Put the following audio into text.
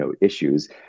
issues